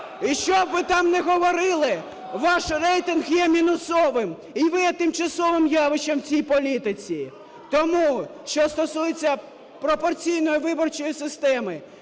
І що б ви там не говорили, ваш рейтинг є мінусовим, і ви є тимчасовим явищем в цій політиці. Тому, що стосується пропорційної виборчої системи,